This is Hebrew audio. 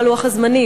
מה לוח הזמנים